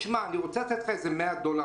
אני רוצה לתת לך 100 דולר,